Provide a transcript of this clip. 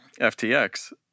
FTX